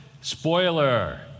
Spoiler